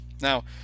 Now